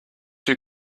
you